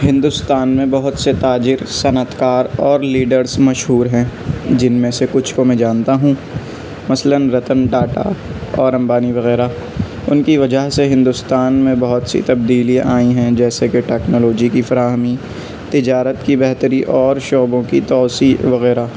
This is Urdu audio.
ہندوستان میں بہت سے تاجر صنعت کار اور لیڈرس مشہور ہیں جن میں سے كچھ كو میں جانتا ہوں مثلاً رتن ٹاٹا اور امبانی وغیرہ ان کی وجہ سے ہندوستان میں بہت سی تبدیلی آئی ہیں جیسے کہ ٹیکنالوجی کی فراہمی تجارت کی بہتری اور شعبوں کی توسیع وغیرہ